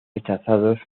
rechazados